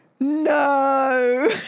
No